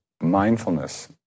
Mindfulness